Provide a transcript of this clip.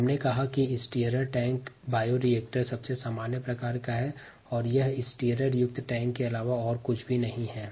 हमने देखा कि स्टीयरर टैंक बायोरिएक्टर सबसे सामान्य प्रकार का बायोरिएक्टर है जिसमे स्टीयरर युक्त एक टैंक होता है